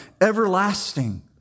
everlasting